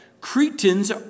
Cretans